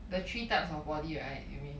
the three types of body right you mean